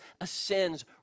ascends